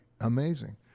amazing